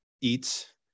Eats